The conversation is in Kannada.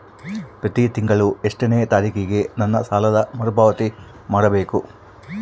ಪ್ರತಿ ತಿಂಗಳು ಎಷ್ಟನೇ ತಾರೇಕಿಗೆ ನನ್ನ ಸಾಲದ ಮರುಪಾವತಿ ಮಾಡಬೇಕು?